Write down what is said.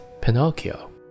Pinocchio